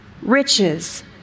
Riches